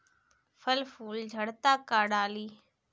फल फूल झड़ता का डाली?